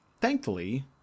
thankfully